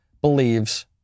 believes